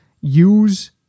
use